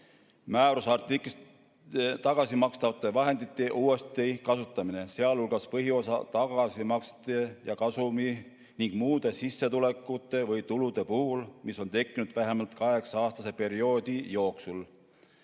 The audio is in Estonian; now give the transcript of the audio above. et tagada tagasimakstavate vahendite uuesti kasutamine, sealhulgas põhiosa tagasimaksete ja kasumi ning muude sissetulekute või tulude puhul, mis on tekkinud vähemalt kaheksa-aastase perioodi jooksul